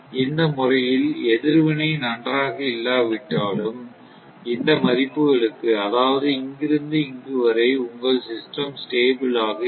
இந்த முறையில் எதிர்வினை நன்றாக இல்லா விட்டாலும் இந்த மதிப்புகளுக்கு அதாவது இங்கிருந்து இங்கு வரை உங்கள் சிஸ்டம் ஸ்டேபிள் ஆக இருக்கும்